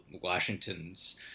Washington's